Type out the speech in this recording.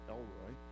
Elroy